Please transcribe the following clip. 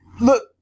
Look